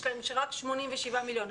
יש להם רק 87 מיליון,